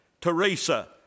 Teresa